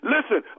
Listen